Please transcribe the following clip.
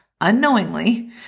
unknowingly